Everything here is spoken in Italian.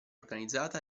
organizzata